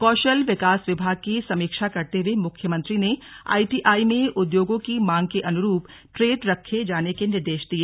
कौशल विकास विभाग की समीक्षा करते हुए मुख्यमंत्री ने आईटीआई में उद्योगों की मांग के अनुरूप ट्रेड रखे जाने के निर्देश दिए